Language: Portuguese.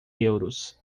euros